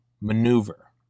maneuver